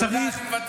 תודה, אני מוותר.